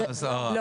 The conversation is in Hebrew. האזהרה.